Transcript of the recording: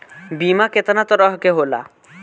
बीमा केतना तरह के होला?